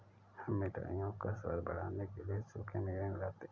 हम मिठाइयों का स्वाद बढ़ाने के लिए सूखे मेवे मिलाते हैं